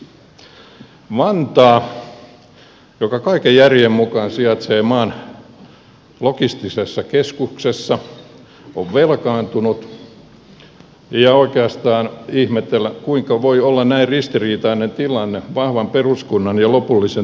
vantaa joka kaiken järjen mukaan sijaitsee maan logistisessa keskuksessa on velkaantunut ja oikeastaan täytyy ihmetellä kuinka voi olla näin ristiriitainen tilanne vahvan peruskunnan ja lopullisen tuloksen välillä